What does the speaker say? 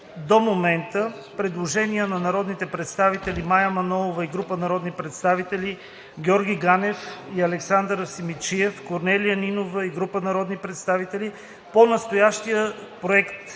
до момента предложения на народните представители Мая Манолова и група народни представители, Георги Ганев и Александър Симидчиев, Корнелия Нинова и група народни представители по настоящия проект